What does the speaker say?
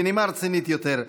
בנימה רצינית יותר,